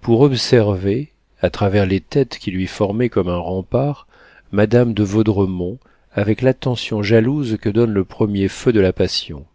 pour observer à travers les têtes qui lui formaient comme un rempart madame de vaudremont avec l'attention jalouse que donne le premier feu de la passion